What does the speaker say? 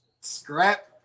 Scrap